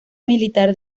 militar